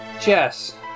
Chess